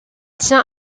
tient